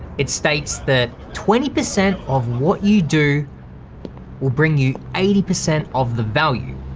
it states that twenty percent of what you do will bring you eighty percent of the value.